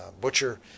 Butcher